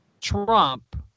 Trump